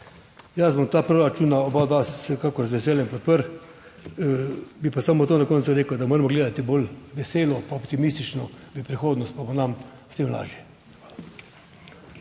Jaz bom ta proračun oba vsekakor z veseljem podprl. Bi pa samo to na koncu rekel, da moramo gledati bolj veselo, optimistično v prihodnost pa bo nam vsem lažje.